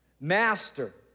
Master